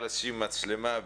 מצלמה.